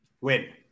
win